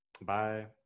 Bye